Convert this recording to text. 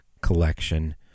collection